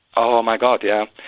oh my god yeah.